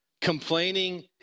Complaining